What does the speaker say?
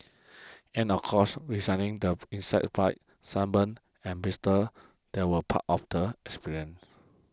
and of course resigning the insect bites sunburn and blisters that were part of the experience